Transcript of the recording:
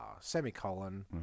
semicolon